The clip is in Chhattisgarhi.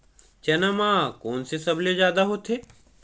चना म कोन से सबले जादा होथे?